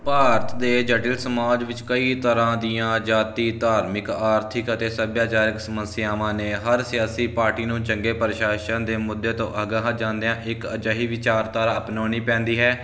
ਭਾਰਤ ਦੇ ਜਟਲ ਸਮਾਜ ਵਿੱਚ ਕਈ ਤਰ੍ਹਾਂ ਦੀਆਂ ਜਾਤੀ ਧਾਰਮਿਕ ਆਰਥਿਕ ਅਤੇ ਸਭਿਆਚਾਰਿਕ ਸਮੱਸਿਆਵਾਂ ਨੇ ਹਰ ਸਿਆਸੀ ਪਾਰਟੀ ਨੂੰ ਚੰਗੇ ਪ੍ਰਸ਼ਾਸਨ ਦੇ ਮੁੱਦੇ ਤੋਂ ਅਗਾਹ ਜਾਂਦਿਆਂ ਇੱਕ ਅਜਿਹੀ ਵਿਚਾਰਧਾਰਾ ਅਪਣਾਉਣੀ ਪੈਂਦੀ ਹੈ